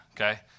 okay